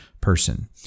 person